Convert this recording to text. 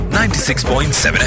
96.7